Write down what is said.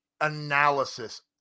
analysis